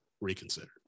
reconsidered